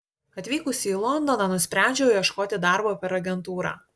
atvykusi į londoną nusprendžiau ieškoti darbo per agentūrą